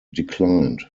declined